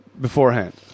beforehand